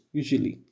usually